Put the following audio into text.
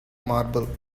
marble